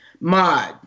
mod